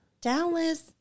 dallas